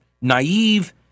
naive